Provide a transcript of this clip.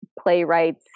playwrights